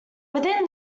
within